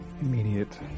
Immediate